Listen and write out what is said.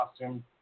costume